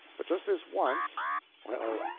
but just this once well,